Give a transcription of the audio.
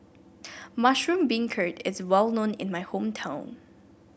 Mushroom Beancurd is well known in my hometown